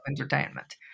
entertainment